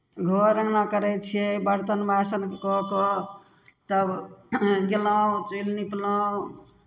घर अङ्गना करै छियै बरतन बासन कऽ कऽ तब गयलहुँ चुल्हि निपलहुँ